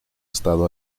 estado